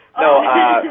No